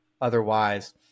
otherwise